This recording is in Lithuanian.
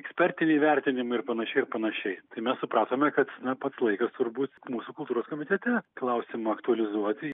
ekspertiniai vertinimai ir panašiai ir panašiai tai mes supratome kad na pats laikas turbūt mūsų kultūros komitete klausimą aktualizuoti ir